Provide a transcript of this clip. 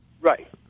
Right